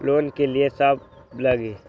Loan लिए की सब लगी?